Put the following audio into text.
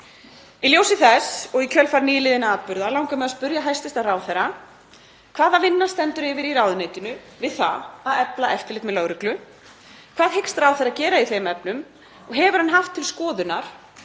Í ljósi þess og í kjölfar nýliðinna atburða langar mig að spyrja hæstv. ráðherra: Hvaða vinna stendur yfir í ráðuneytinu við það að efla eftirlit með lögreglu? Hvað hyggst ráðherra gera í þeim efnum? Hefur hann haft til skoðunar